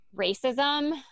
racism